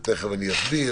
וזה בשונה